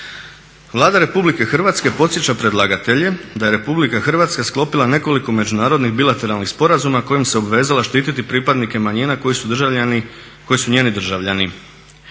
Vlada RH podsjeća predlagatelje da je Republika Hrvatska sklopila nekoliko međunarodnih bilateralnih sporazuma kojim se obvezala štititi pripadnike manjina koji su njeni državljani.